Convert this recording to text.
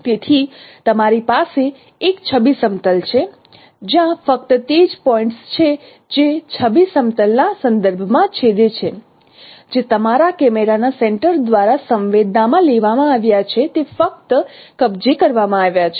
તેથી તમારી પાસે એક છબી સમતલ છે જ્યાં ફક્ત તે જ પોઇન્ટ્સ છે જે છબી સમતલ ના સંદર્ભ માં છેદે છે જે તમારા કેમેરાના સેન્સર દ્વારા સંવેદના માં લેવામાં આવ્યાં છે તે ફક્ત કબજે કરવામાં આવ્યા છે